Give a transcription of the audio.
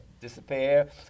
disappear